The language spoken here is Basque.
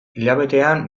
hilabetean